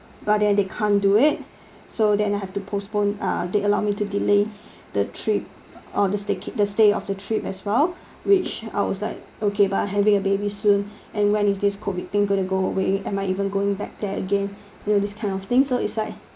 but then they can't do it so then I have to postpone uh they allow me to delay the trip or they stay they keep the stay of the trip as well which I was like okay but I having a baby soon and when is this COVID thing gonna go away am I even going back there again you know this kind of thing so it's like